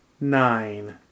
nine